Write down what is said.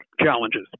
challenges